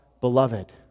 beloved